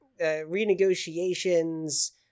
renegotiations